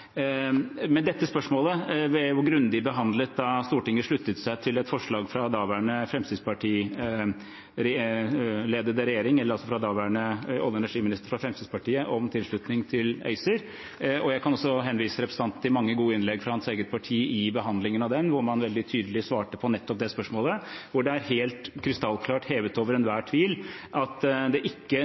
Dette spørsmålet ble grundig behandlet da Stortinget sluttet seg til et forslag fra daværende olje- og energiminister fra Fremskrittspartiet om tilslutning til ACER. Jeg kan også henvise representanten til mange gode innlegg fra hans eget parti i behandlingen av den saken, da man veldig tydelig svarte på nettopp det spørsmålet. Det er helt krystallklart og hevet over enhver tvil at det ikke